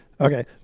Okay